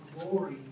glory